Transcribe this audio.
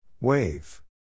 Wave